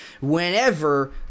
whenever